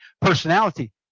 personality